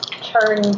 turn